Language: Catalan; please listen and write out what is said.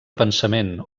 pensament